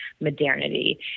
modernity